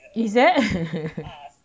is there